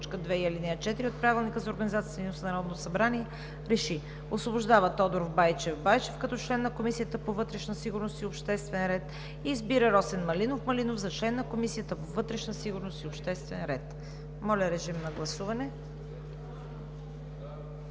Моля, режим на гласуване.